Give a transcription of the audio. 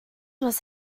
was